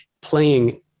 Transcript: playing